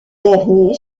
dernier